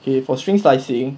okay for string slicing